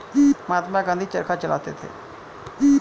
महात्मा गांधी चरखा चलाते थे